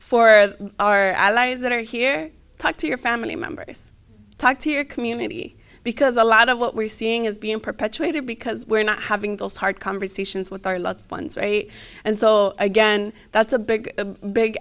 for our allies that are here talk to your family members talk to your community because a lot of what we're seeing is being perpetuated because we're not having those hard conversations with our loved ones and so again that's a big big